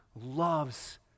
loves